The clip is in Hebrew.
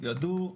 ידעו,